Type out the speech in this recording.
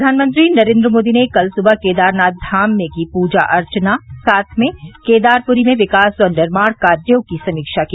प्रधानमंत्री नरेन्द्र मोदी ने कल सुबह केदारनाथ धाम में की पूजा अर्चना साथ में केदारपूरी में विकास और निर्माण कार्यो की समीक्षा की